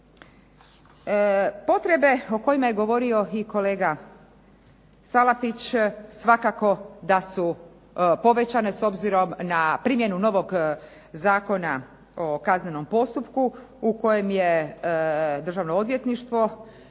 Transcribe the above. Potrebe o kojima je govorio i kolega Salapić svakako da su povećane s obzirom na primjenu novog Zakona o kaznenom postupku u kojem je Državno odvjetništvo